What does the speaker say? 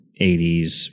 80s